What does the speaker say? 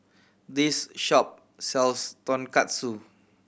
this shop sells Tonkatsu